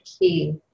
key